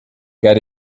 get